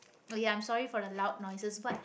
oh ya I'm sorry for the loud noises but